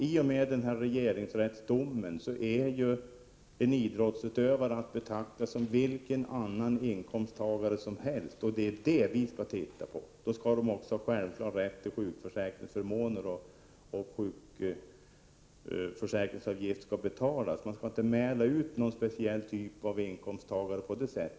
I och med regeringsrättsdomen är ju idrottsutövare att betrakta som vilka andra inkomsttagare som helst. Då har de också en självklar rätt till sjukförsäkringsförmåner, och sjukförsäkringsavgift skall betalas. Man skall inte mäla ut någon speciell typ av inkomsttagare på det sättet.